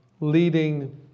leading